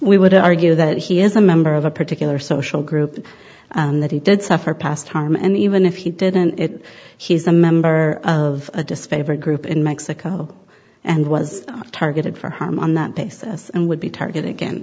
we would argue that he is a member of a particular social group and that he did suffer past harm and even if he didn't it he's a member of a disfavored group in mexico and was not targeted for harm on that basis and would be targeted again